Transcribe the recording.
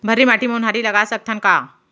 भर्री माटी म उनहारी लगा सकथन का?